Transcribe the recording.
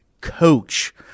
coach